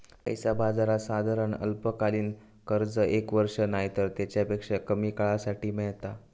पैसा बाजारात साधारण अल्पकालीन कर्ज एक वर्ष नायतर तेच्यापेक्षा कमी काळासाठी मेळता